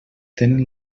tenen